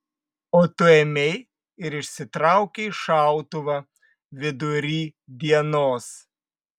o tu ėmei ir išsitraukei šautuvą vidury dienos